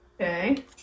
Okay